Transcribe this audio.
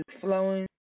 flowing